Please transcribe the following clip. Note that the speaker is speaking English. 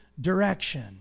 direction